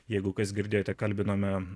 jeigu kas girdėjote kalbinome